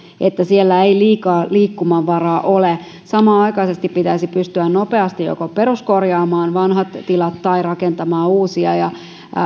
että siellä ei liikaa liikkumavaraa ole samanaikaisesti pitäisi pystyä nopeasti joko peruskorjaamaan vanhat tilat tai rakentamaan uusia ja